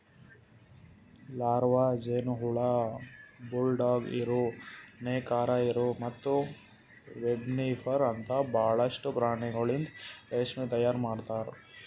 larva, ಜೇನುಹುಳ, bulldog ಇರು, ನೇಕಾರ ಇರು ಮತ್ತ ವೆಬ್ಸ್ಪಿನ್ನರ್ ಅಂತ ಭಾಳಷ್ಟು ಪ್ರಾಣಿಗೊಳಿಂದ್ ರೇಷ್ಮೆ ತೈಯಾರ್ ಮಾಡ್ತಾರ